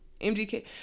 MGK